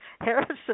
Harrison